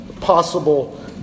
possible